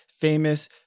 famous